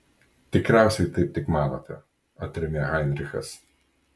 tikriausiai taip tik manote atrėmė heinrichas